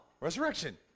Resurrection